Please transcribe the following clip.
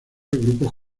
grupos